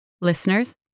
Listeners